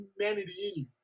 humanity